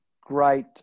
great